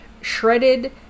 shredded